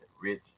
Rich